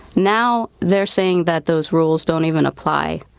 now they're saying that those rules don't even apply.